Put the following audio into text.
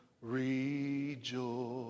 rejoice